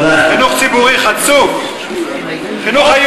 אתה הצקת, בקו"ף.